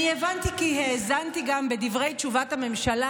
אני הבנתי כי האזנתי גם בדברי תשובת הממשלה